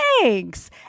thanks